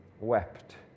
wept